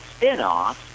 spinoff